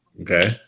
Okay